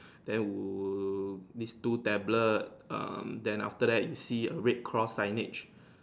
then wou~ these two tablet um then after that you see a red cross signage